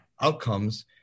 outcomes